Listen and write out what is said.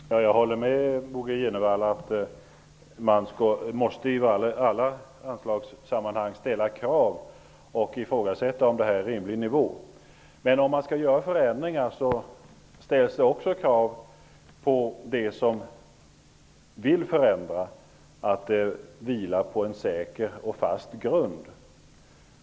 Herr talman! Jag håller med Bo G Jenevall om att man i alla anslagssammanhang måste ställa krav och ifrågasätta om det är en rimlig nivå. Om man skall göra förändringar ställs det också krav på dem som vill förändra att det hela vilar på en säker och fast grund.